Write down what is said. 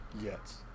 Yes